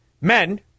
men